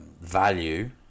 value